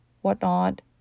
whatnot